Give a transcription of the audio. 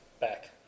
back